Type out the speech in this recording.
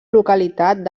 localitat